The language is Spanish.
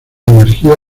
energía